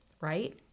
right